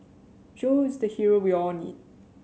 Joe is the hero we all need